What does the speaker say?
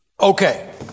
Okay